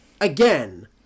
again